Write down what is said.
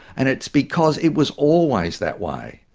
and it's because it was always that way.